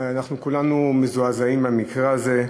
אנחנו כולנו מזועזעים מהמקרה הזה,